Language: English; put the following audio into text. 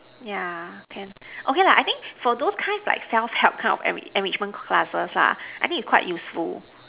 yeah can okay lah I think for those kinds like self help kind of every enrichment classes lah I think is quite useful